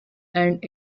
and